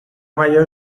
mayor